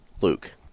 Luke